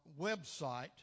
website